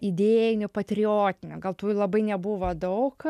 idėjinių patriotinių gal tų ir labai nebuvo daug